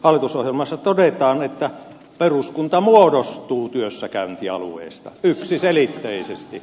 hallitusohjelmassa todetaan että peruskunta muodostuu työssäkäyntialueista yksiselitteisesti